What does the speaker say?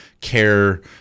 care